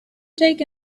take